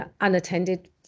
unattended